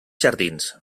jardins